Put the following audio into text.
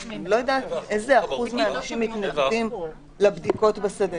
אז אני לא יודעת איזה אחוז מהאנשים מתנגדים לבדיקות בשדה.